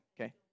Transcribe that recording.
Okay